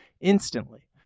instantly